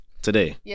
Today